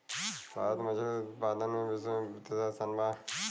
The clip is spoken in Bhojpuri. भारत मछली उतपादन में विश्व में तिसरा स्थान पर बा